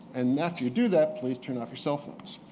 and after you do that, please turn off your cell phones.